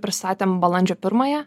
pristatėm balandžio pirmąją